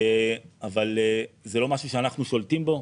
זה לא משהו שאנחנו שולטים בו.